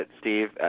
Steve